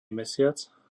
mesiac